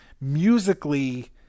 musically –